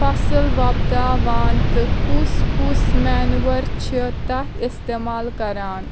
فصل وۄپداوان تہٕ کُس کُس مینور چھِ تتھ استعمال کران